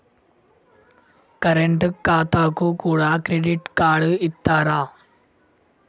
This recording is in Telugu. కరెంట్ ఖాతాకు కూడా క్రెడిట్ కార్డు ఇత్తరా?